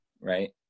right